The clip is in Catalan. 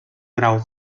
grau